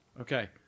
Okay